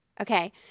okay